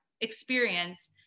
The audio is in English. experience